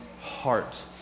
heart